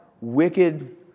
wicked